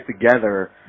together